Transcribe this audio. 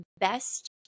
best